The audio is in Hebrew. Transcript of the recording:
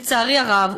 לצערי הרב,